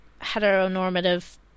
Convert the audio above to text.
heteronormative